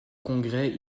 congrès